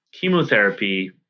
chemotherapy